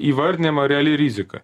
įvardinama reali rizika